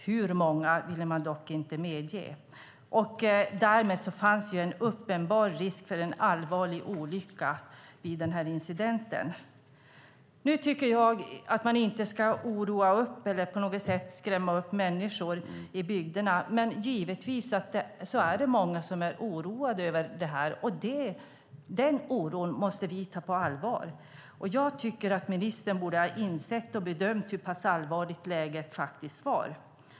Hur många ville man dock inte uppge. Därmed fanns en uppenbar risk för en allvarlig olycka vid den här incidenten. Nu tycker inte jag att man ska oroa eller skrämma upp människor i bygderna, men givetvis är det många som är oroade av det här. Den oron måste vi ta på allvar. Jag tycker att ministern borde ha insett och bedömt hur pass allvarligt läget faktiskt var.